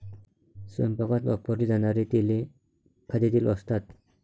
स्वयंपाकात वापरली जाणारी तेले खाद्यतेल असतात